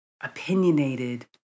opinionated